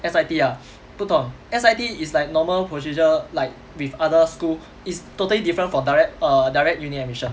S_I_T ah 不懂 S_I_T is like normal procedure like with other school it's totally different from direct err direct uni admission